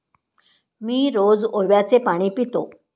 मी रोज ओव्याचे पाणी पितो